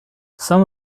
some